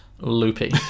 loopy